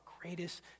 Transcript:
greatest